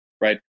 right